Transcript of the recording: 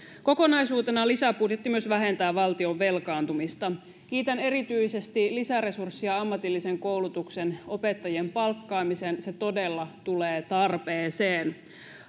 kokonaisuutena lisäbudjetti myös vähentää valtion velkaantumista kiitän erityisesti lisäresurssista ammatillisen koulutuksen opettajien palkkaamiseen se todella tulee tarpeeseen